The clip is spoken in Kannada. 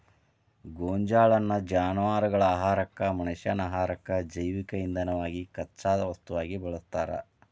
ಗೋಂಜಾಳನ್ನ ಜಾನವಾರಗಳ ಆಹಾರಕ್ಕ, ಮನಷ್ಯಾನ ಆಹಾರಕ್ಕ, ಜೈವಿಕ ಇಂಧನವಾಗಿ ಕಚ್ಚಾ ವಸ್ತುವಾಗಿ ಬಳಸ್ತಾರ